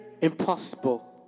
impossible